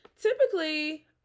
Typically